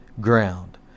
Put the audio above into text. ground